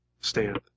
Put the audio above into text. stand